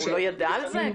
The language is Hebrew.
הוא לא ידע על זה?